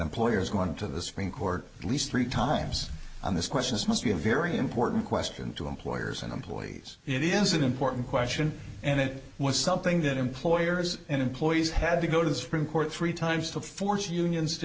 employers going to the supreme court at least three times on this questions must be a very important question to employers and employees it is an important question and it was something that employers and employees had to go to the supreme court three times to force unions to